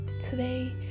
today